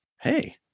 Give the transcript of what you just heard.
hey